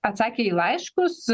atsakė į laiškus